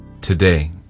today